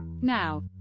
Now